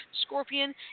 scorpion